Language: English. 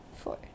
Four